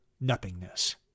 nothingness